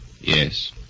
Yes